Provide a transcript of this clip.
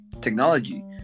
technology